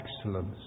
excellence